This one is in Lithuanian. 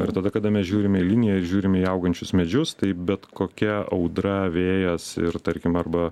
ir tada kada mes žiūrime į linijas žiūrime į augančius medžius tai bet kokia audra vėjas ir tarkim arba